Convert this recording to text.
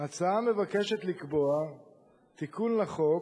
ההצעה מבקשת לקבוע תיקון לחוק,